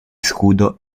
scudo